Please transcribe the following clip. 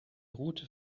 route